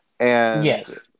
Yes